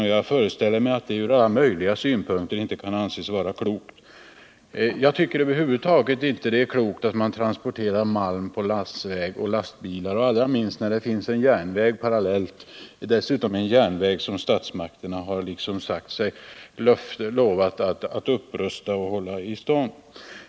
Och jag föreställer mig.att det ur alla möjliga synpunkter inte kan anses vara klokt. Det är över huvud taget inte klokt att transportera malm på lastbilar och landsväg. Allra minst när det finns en järnväg parallellt med landsvägen, och t.o.m. en järnväg som statsmakterna lovat att upprusta och hålla i stånd.